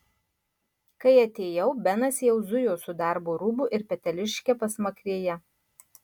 kai atėjau benas jau zujo su darbo rūbu ir peteliške pasmakrėje